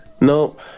nope